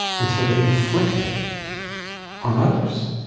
and so they inflict it on others.